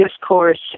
discourse